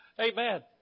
Amen